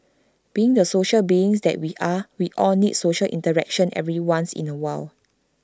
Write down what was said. being the social beings that we are we all need social interaction every once in A while